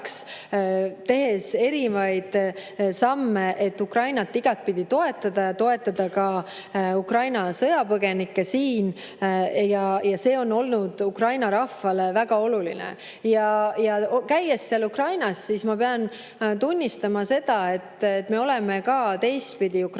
tehes erinevaid samme, et Ukrainat igatpidi toetada ja toetada ka Ukraina sõjapõgenikke siin. Ja see on olnud Ukraina rahvale väga oluline. Olles käinud seal Ukrainas, siis ma pean tunnistama seda, et me oleme ka teistpidi Ukraina